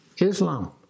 Islam